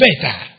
better